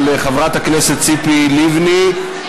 של חברת הכנסת ציפי לבני.